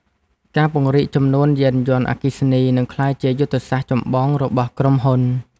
ការពង្រីកចំនួនយានយន្តអគ្គិសនី នឹងក្លាយជាយុទ្ធសាស្ត្រចម្បងរបស់ក្រុមហ៊ុន។